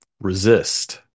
resist